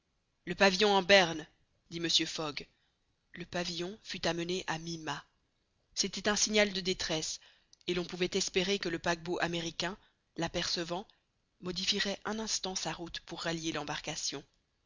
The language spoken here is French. le pavillon en berne dit mr fogg le pavillon fut amené à mi mât c'était un signal de détresse et l'on pouvait espérer que le paquebot américain l'apercevant modifierait un instant sa route pour rallier l'embarcation